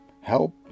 help